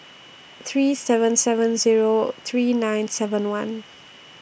three seven seven Zero three nine seven one